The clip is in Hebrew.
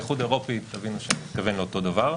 האיחוד האירופי תבינו שאני מתכוון לאותו דבר,